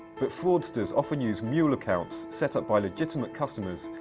but fraudsters often use mule accounts set up by legitimate customers,